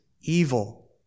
evil